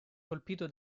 colpito